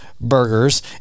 burgers